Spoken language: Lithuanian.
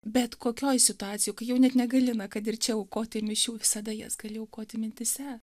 bet kokioj situacijoj kai jau net negali na kad ir čia aukoti mišių visada jas gali aukoti mintyse